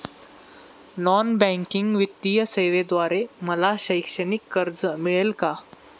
Non banking वित्तीय सेवेद्वारे मला शैक्षणिक कर्ज मिळेल का?